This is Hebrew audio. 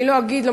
ולא אגיד,